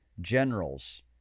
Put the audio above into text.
generals